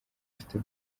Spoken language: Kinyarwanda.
ufite